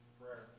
Prayer